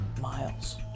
miles